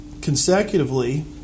consecutively